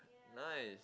nice